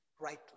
rightly